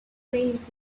trains